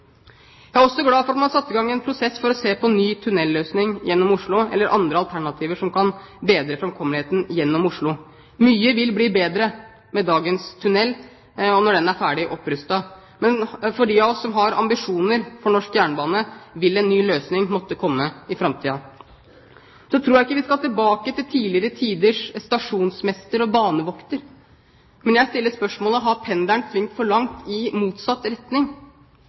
Jeg er også glad for at man har satt i gang en prosess for å se på ny tunnelløsning eller andre alternativer som kan bedre framkommeligheten gjennom Oslo. Mye vil bli bedre når dagens tunnel er ferdig opprustet. Men for dem av oss som har ambisjoner for norsk jernbane, vil en ny løsning måtte komme i framtida. Så tror jeg ikke vi skal tilbake til tidligere tiders stasjonsmester og banevokter. Men jeg stiller spørsmålet om pendelen har svingt for langt i motsatt retning.